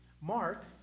Mark